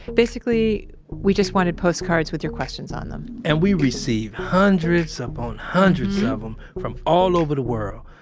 basically, we just wanted postcards with your questions on them and we received hundreds upon hundreds of em from all over the world,